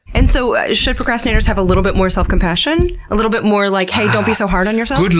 and so should procrastinators have a little bit more self-compassion? a little bit more, like, hey, don't be so hard on yourself'?